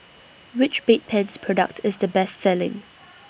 Which Bedpans Product IS The Best Selling